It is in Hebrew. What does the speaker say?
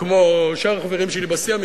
כמו שאר החברים שלי בסיעה,